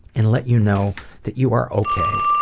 and let you know that you are okay.